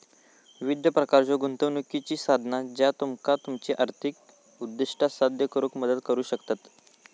विविध प्रकारच्यो गुंतवणुकीची साधना ज्या तुमका तुमची आर्थिक उद्दिष्टा साध्य करुक मदत करू शकतत